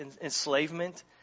enslavement